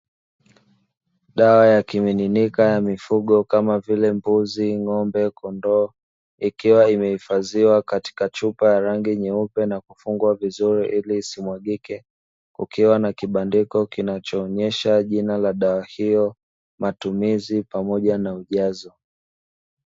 Dawa ya kimiminika ya mifugo kama vile: mbuzi, ng'ombe, kondoo, ikiwa imehifadhiwa katika chupa ya rangi nyeupe na kufungwa vizuri ili isimwagike; kukiwa na kibandiko kinachoonyesha jina la dawa hiyo, matumizi pamoja na ujazo.